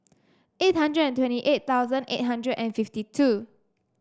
eight hundred twenty eight thousand eight hundred and fifty two